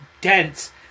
dense